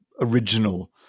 original